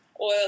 oil